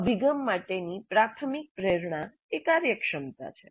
આ અભિગમ માટેની પ્રાથમિક પ્રેરણા એ કાર્યક્ષમતા છે